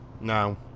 No